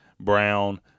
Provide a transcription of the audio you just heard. Brown